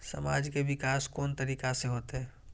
समाज के विकास कोन तरीका से होते?